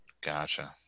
Gotcha